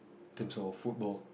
in terms of football